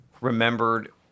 remembered